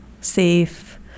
safe